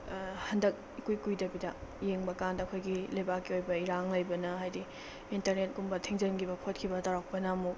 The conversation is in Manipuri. ꯍꯟꯗꯛ ꯏꯀꯨꯏ ꯀꯨꯏꯗꯕꯤꯗ ꯌꯦꯡꯕꯀꯥꯟꯗ ꯑꯩꯈꯣꯏꯒꯤ ꯂꯩꯕꯥꯛꯀꯤ ꯑꯣꯏꯕ ꯏꯔꯥꯡ ꯂꯩꯕꯅ ꯍꯥꯏꯗꯤ ꯏꯟꯇꯔꯅꯦꯠꯀꯨꯝꯕ ꯊꯤꯡꯖꯤꯟꯈꯤꯕ ꯈꯣꯠꯈꯤꯕ ꯇꯧꯔꯛꯄꯅ ꯑꯃꯨꯛ